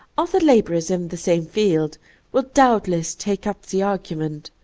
other laborers in the same field will doubtless take up the argument,